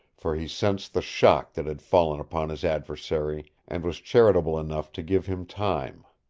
for he sensed the shock that had fallen upon his adversary, and was charitable enough to give him time.